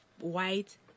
white